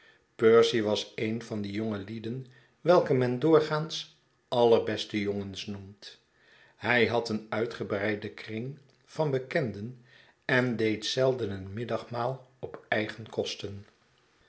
percy was een van die jongelieden welke men doorgaans allerbeste jongens noemt hij had een uitgebreiden kring van bekenden en deed zelden een middagmaal op eigene kosten